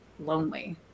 lonely